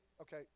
okay